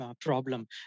problem